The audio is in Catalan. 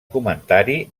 comentari